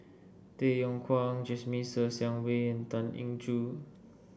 Tay Yong Kwang Jasmine Ser Xiang Wei and Tan Eng Joo